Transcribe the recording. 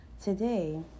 today